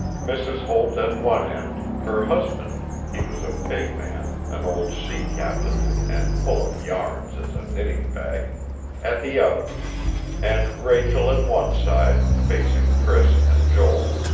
mrs. holt at one end, her husband he was a big man, an old sea captain, and full of yarns as a knitting bag at the other and rachel at one side, facing priss and joel.